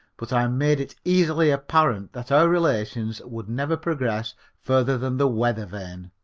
but i made it easily apparent that our relations would never progress further than the weather vane.